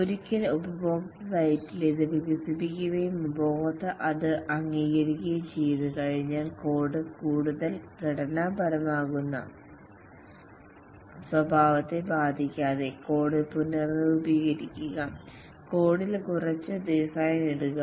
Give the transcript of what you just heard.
ഒരിക്കൽ ഉപപോക്ത്യാ സൈറ്റിൽ ഇത് വികസിപ്പിക്കുകയും ഉപഭോക്താവ് അത് അംഗീകരിക്കുകയും ചെയ്തുകഴിഞ്ഞാൽ കോഡ് കൂടുതൽ ഘടനാപരമാകുന്ന സ്വഭാവത്തെ ബാധിക്കാതെ കോഡ് പുനർരൂപീകരിക്കുക കോഡിൽ കുറച്ച് ഡിസൈൻ ഇടുക